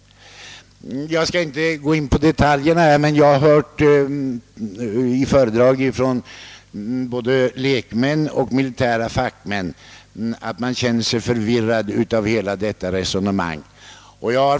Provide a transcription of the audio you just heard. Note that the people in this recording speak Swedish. Jag skall inte gå in på detaljerna, men jag har hört i föredrag av både lekmän och militära fackmän att man känner sig förvirrad av hela detta hans resonemang.